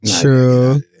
True